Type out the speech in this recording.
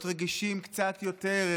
להיות רגישים קצת יותר,